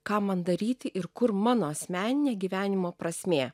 ką man daryti ir kur mano asmeninė gyvenimo prasmė